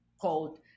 called